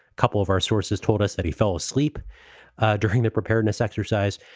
couple of our sources told us that he fell asleep during that preparedness exercise.